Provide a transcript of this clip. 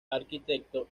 arquitecto